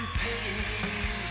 pain